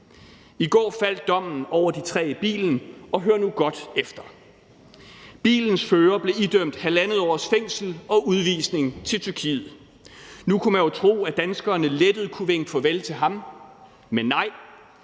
I går faldt dommen over de tre i bilen, og hør nu godt efter: Bilens fører blev idømt 1,5 års fængsel og udvisning til Tyrkiet; nu kunne man jo tro, at danskerne lettet kunne vinke farvel til ham, men nej,